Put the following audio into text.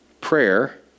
prayer